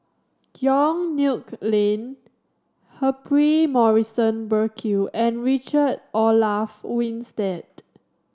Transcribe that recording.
Yong Nyuk Lin Humphrey Morrison Burkill and Richard Olaf Winstedt